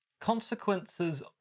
consequences